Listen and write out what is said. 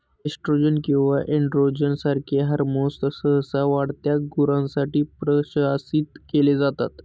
oestrogen किंवा androgen सारखे hormones सहसा वाढत्या गुरांसाठी प्रशासित केले जातात